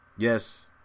yes